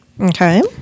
Okay